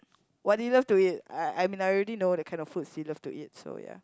what do you love to eat I I mean I already know the kind of foods she love to eat so ya